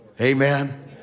Amen